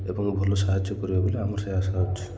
ଏବଂ ଭଲ ସାହାଯ୍ୟ କରିବେ ବୋଲି ଆମର ସେ ଆଶା ଅଛି